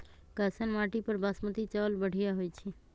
कैसन माटी पर बासमती चावल बढ़िया होई छई?